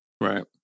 right